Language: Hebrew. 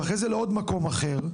ואחרי זה לעוד מקום אחר,